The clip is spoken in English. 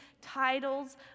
titles